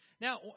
Now